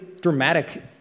dramatic